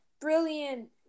brilliant